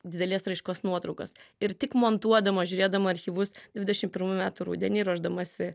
didelės raiškos nuotraukas ir tik montuodama žiūrėdama archyvus dvidešim pirmųjų metų rudenį ruošdamasi